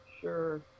Sure